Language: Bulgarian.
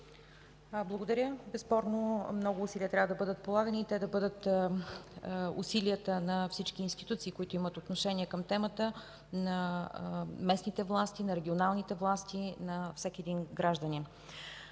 Благодаря. Безспорно много усилия трябва да бъдат полагани и това да бъдат усилията на всички институции, които имат отношение към темата – на местните власти, на регионалните власти, на всеки един гражданин.